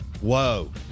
Whoa